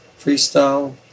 freestyle